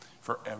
forever